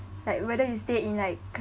like whether you stay in like